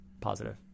positive